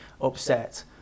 upset